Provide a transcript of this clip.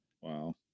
Wow